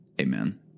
Amen